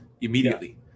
Immediately